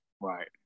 Right